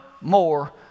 more